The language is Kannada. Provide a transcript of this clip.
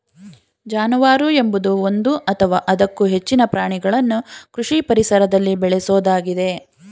ಜಾನುವಾರು ಎಂಬುದು ಒಂದು ಅಥವಾ ಅದಕ್ಕೂ ಹೆಚ್ಚಿನ ಪ್ರಾಣಿಗಳನ್ನು ಕೃಷಿ ಪರಿಸರದಲ್ಲಿ ಬೇಳೆಸೋದಾಗಿದೆ